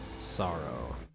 sorrow